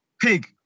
Pig